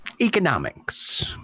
Economics